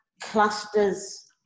clusters